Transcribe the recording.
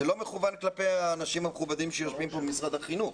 שזה לא מכוון כלפי האנשים המכובדים שיושבים כאן ממשרד החינוך.